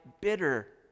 bitter